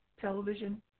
television